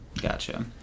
Gotcha